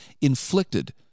inflicted